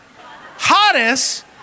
hottest